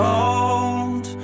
old